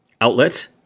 outlet